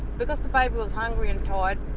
because the baby was hungry and tired,